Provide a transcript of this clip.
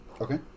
Okay